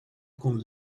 con